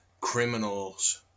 criminals